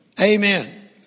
Amen